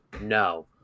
No